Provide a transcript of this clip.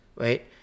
Right